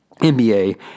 NBA